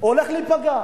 הולך להיפגע.